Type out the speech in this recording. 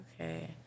okay